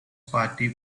party